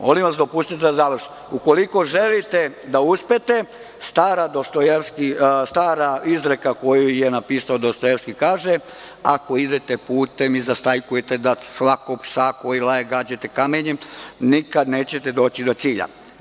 Molim vas dopustite da završim. …ukoliko želite da uspete, stara izreka koju je napisao Dostojevski kaže – ako idete putem i zastajkujete da svakog psa koji laje gađate kamenjem, nikada nećete doći do cilja.